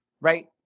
right